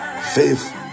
faith